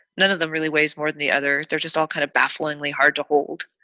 none of them really weighs more than the other. they're just all kind of bafflingly hard to hold.